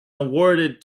awarded